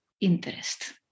interest